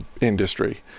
industry